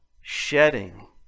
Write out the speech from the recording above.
Shedding